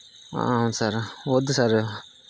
అవును సారు వద్దు సారు